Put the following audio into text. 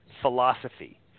philosophy –